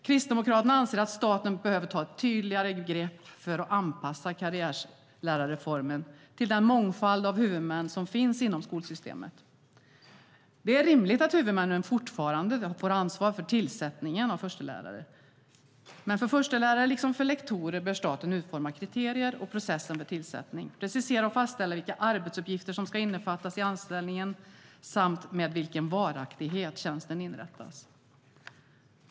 Kristdemokraterna anser att staten behöver ta ett tydligare grepp för att anpassa karriärlärarreformen till den mångfald av huvudmän som finns inom skolsystemet. Det är rimligt att huvudmännen fortfarande får ansvar för tillsättning av förstelärare. Men för förstelärare, liksom för lektorer, bör staten utforma kriterierna och processen för tillsättning och precisera och fastställa vilka arbetsuppgifter som ska innefattas i anställningen samt med vilken varaktighet tjänsten inrättas.